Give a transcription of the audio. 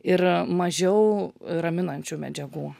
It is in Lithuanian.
ir mažiau raminančių medžiagų